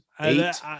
eight